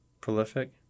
Prolific